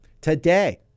Today